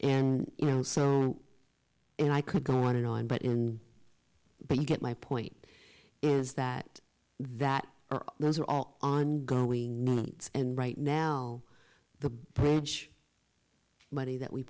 and you know so and i could go on and on but in but you get my point is that that those are all ongoing and right now the bridge money that we